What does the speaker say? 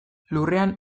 lurrean